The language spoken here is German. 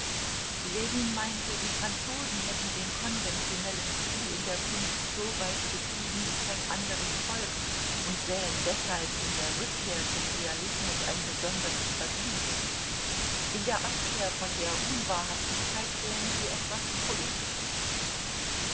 ljewin meinte die franzosen hätten den konventionellen stil in der kunst so weit getrieben wie kein anderes volk und sähen deshalb in der rückkehr zum realismus ein besonderes verdienst in der abkehr von der unwahrhaftigkeit sähen sie etwas poetisches